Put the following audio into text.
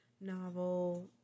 novel